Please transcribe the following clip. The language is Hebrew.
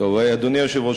אדוני היושב-ראש,